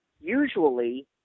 usually